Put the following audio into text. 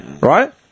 right